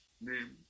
Name